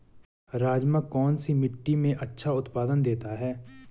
राजमा कौन सी मिट्टी में अच्छा उत्पादन देता है?